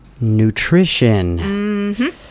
Nutrition